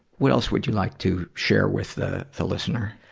what else would you like to share with the the listener?